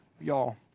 y'all